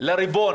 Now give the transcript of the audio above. לריבון